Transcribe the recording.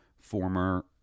former